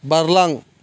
बारलां